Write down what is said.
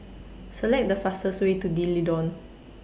Select The fastest Way to D'Leedon